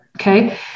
okay